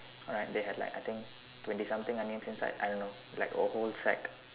alright they had like I think twenty something onions inside I don't know like a whole sack